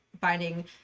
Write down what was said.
finding